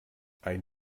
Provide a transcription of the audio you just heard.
ein